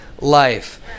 life